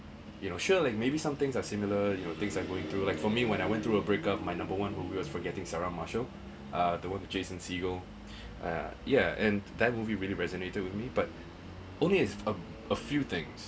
you know sure like maybe somethings are similar you know things are going through like for me when I went through a breakup my number one movie were forgetting sarah marshall uh the one with jason seagull uh yeah and that movie really resonated with me but only as a a few things